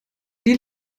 die